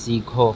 सीखो